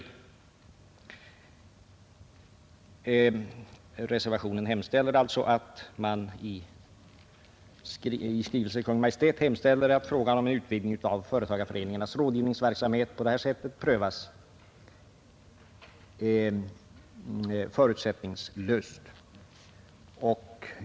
I reservationen begäres alltså att riksdagen i skrivelse till Kungl. Maj:t hemställer att frågan om en utvidgning av företagareföreningarnas rådgivningsverksamhet prövas förutsättningslöst.